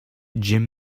jim